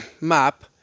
map